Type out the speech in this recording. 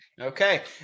okay